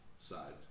side